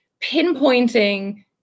pinpointing